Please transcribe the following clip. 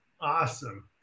Awesome